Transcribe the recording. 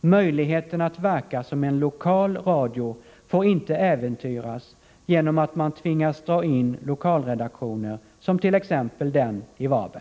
Möjligheten att verka som en lokal radio får inte äventyras genom att man tvingas dra in lokalredaktioner som t.ex. den i Varberg.